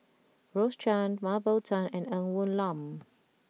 Rose Chan Mah Bow Tan and Ng Woon Lam